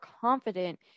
confident